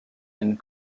and